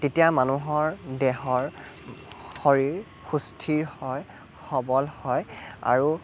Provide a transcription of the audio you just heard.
তেতিয়া মানুহৰ দেহৰ শৰীৰ সুস্থিৰ হয় সবল হয় আৰু